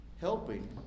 Helping